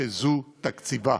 שזה תקציבה.